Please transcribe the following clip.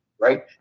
Right